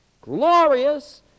Glorious